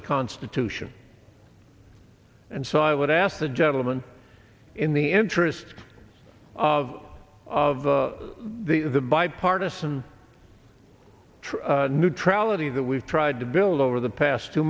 the constitution and so i would ask the gentleman in the interest of of the bipartisan true neutrality that we've tried to build over the past two